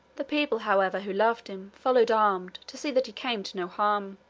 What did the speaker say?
the people, however, who loved him, followed, armed, to see that he came to no harm.